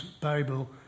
Bible